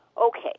Okay